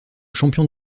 champion